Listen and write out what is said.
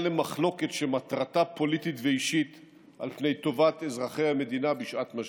למחלוקת פוליטית ואישית על פני טובת אזרחי המדינה בשעת משבר.